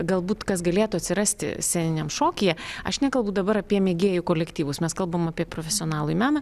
galbūt kas galėtų atsirasti sceniniam šokyje aš nekalbu dabar apie mėgėjų kolektyvus mes kalbam apie profesionalųjį meną